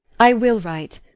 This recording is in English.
i will write.